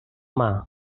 mar